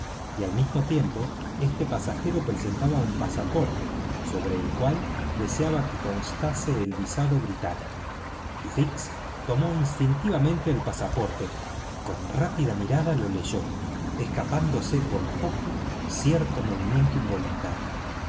y al mismo tiempo este pasajero presentaba un pasaporte sobre el cual deseaba que constase el visado británico fix tomó instintivamente el pasaporte y con rápida mirada lo leyó escapándose por poco cierto movimiento involuntario